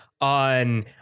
on